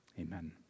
amen